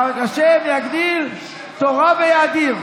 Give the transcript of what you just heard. ה' יגדיל תורה ויאדיר.